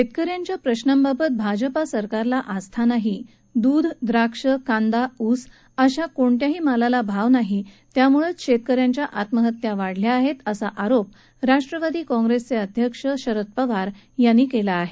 शेतक यांच्या प्रश्रांबाबत भाजपा सरकारला आस्था नाही दूध द्राक्षे कांदा उस अशा शेतकऱ्याच्या कोणत्याही मालाला भाव नाही त्यामुळेच शेतक यांच्या आत्महत्या वाढल्या आहेत असा आरोप राष्टवादी कॉंग्रेसचे अध्यक्ष शरद पवार यांनी केला आहे